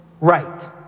right